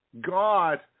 God